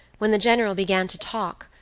when the general began to talk,